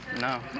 No